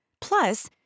Plus